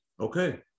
Okay